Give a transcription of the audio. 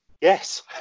Yes